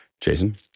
Jason